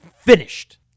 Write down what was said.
finished